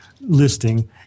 listing